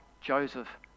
Joseph